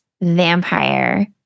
vampire